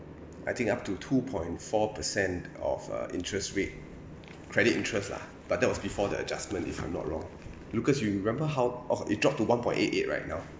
I think up to two point four percent of uh interest rate credit interest lah but that was before the adjustment if I'm not wrong lucas you remember how oh it dropped to one point eight eight right now